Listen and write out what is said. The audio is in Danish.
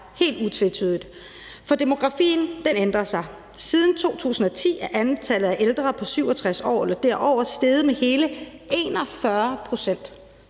helt utvetydigt. For demografien ændrer sig. Siden 2010 er antallet af ældre på 67 år eller derover steget med hele 41 pct.!